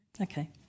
Okay